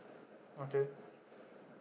okay